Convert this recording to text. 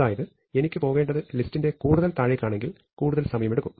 അതായത് എനിക്ക് പോകേണ്ടത് ലിസ്റ്റിന്റെ കൂടുതൽ താഴേക്കാണെങ്കിൽ കൂടുതൽ സമയം എടുക്കും